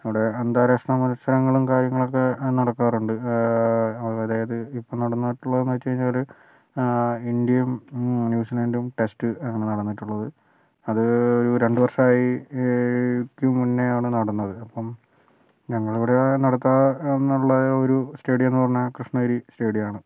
അവിടെ അന്താരാഷ്ട്ര മത്സരങ്ങളും കാര്യങ്ങളൊക്കെ നടക്കാറുണ്ട് അതുപോലെ അത് ഇപ്പോൾ നടന്നിട്ടുള്ളതെന്ന് വെച്ച് കഴിഞ്ഞാല് ഇന്ത്യയും ന്യൂസിലാൻഡും ടെസ്റ്റ് നടന്നിട്ടുള്ളത് അത് ഒരു രണ്ട് വർഷമായി യ്ക്ക് മുന്നേയാണ് നടന്നത് അപ്പം ഞങ്ങളുടെ ഇവിടെ നടത്തുക എന്നുള്ള ഒരു സ്റ്റേഡിയം എന്ന് പറഞ്ഞാൽ കൃഷ്ണഗിരി സ്റ്റേഡിയമാണ്